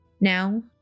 Now